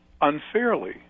unfairly